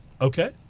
Okay